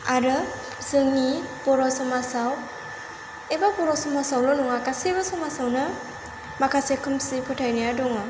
आरो जोंनि बर' समाजाव एबा बर' समाजावल' नङा गासैबो समाजावनो माखासे खोमसि फोथायनाया दङ